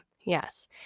yes